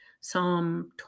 Psalm